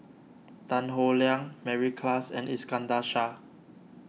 Tan Howe Liang Mary Klass and Iskandar Shah